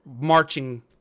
marching